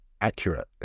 accurate